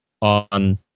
on